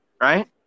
Right